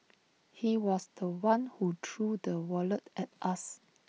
he was The One who threw the wallet at us